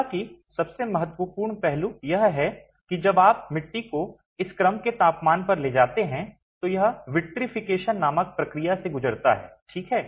हालाँकि सबसे महत्वपूर्ण पहलू यह है कि जब आप मिट्टी को इस क्रम के तापमान पर ले जाते हैं तो यह विट्रिफिकेशन नामक प्रक्रिया से गुजरता है ठीक है